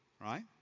right